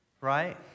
right